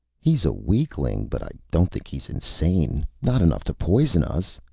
he's a weakling, but i don't think he's insane not enough to poison us.